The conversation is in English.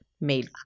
made